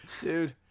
dude